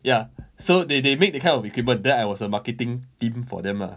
ya so they they make that kind of equipment then I was a marketing team for them lah